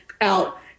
out